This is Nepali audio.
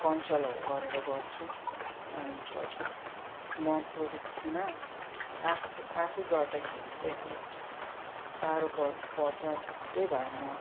कन्सल्टहरू गरेर गर्छु अनि त त्यो म प्रोजेक्टमा आफै आफै गर्दाखेरि चाहिँ अलिक साह्रो पर्छ पर्छ त्यही भएर म